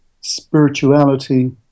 spirituality